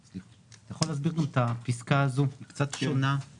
אתה יכול להסביר גם את הפסקה הזו שקצת שונה?